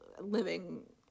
living